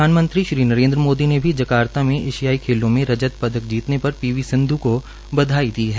प्रधानमंत्री श्री नरेन्द्र मोदी ने भी जकार्ता में एशियाई खेलों में रजत पदक जीने पर पी वी सिंध् को बधाई दी है